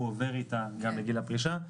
הוא עובר איתה גם לגיל הפרישה.